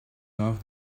love